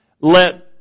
let